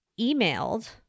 emailed